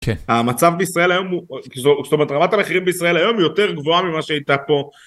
המצב בישראל היום הוא יותר גבוה ממה שהייתה פה.